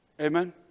Amen